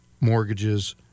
mortgages